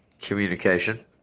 Communication